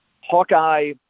Hawkeye